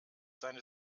seine